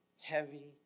heavy